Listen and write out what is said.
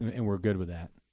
and we're good with that.